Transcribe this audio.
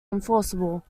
enforceable